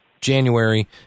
January